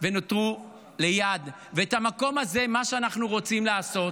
ונותרו ליד, ובמקום הזה מה שאנחנו רוצים לעשות